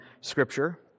Scripture